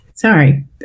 Sorry